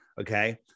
Okay